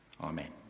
Amen